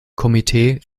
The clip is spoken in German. komitee